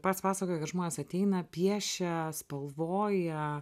pats pasakojai kad žmonės ateina piešia spalvoja